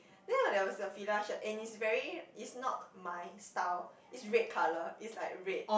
then when I was a Fila shirt and is very is not my style is red colour is like red